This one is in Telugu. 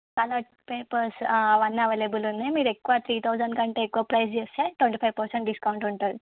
కలర్ పేపర్స్ అవన్నీ అవేలబుల్ ఉన్నాయి మీరు ఎక్కువ త్రీ థౌజండ్ కంటే ఎక్కువ ప్రైజ్ చేస్తే ట్వంటీ ఫైవ్ పర్సెంట్ డిస్కౌంట్ ఉంటుంది